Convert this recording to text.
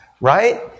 right